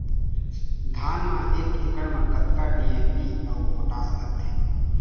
धान म एक एकड़ म कतका डी.ए.पी अऊ पोटास लगथे?